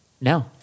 No